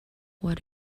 what